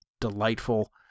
delightful